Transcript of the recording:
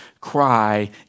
cry